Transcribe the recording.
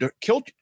killed